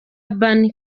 urban